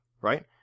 right